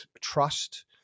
trust